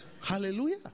Hallelujah